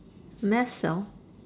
mast cell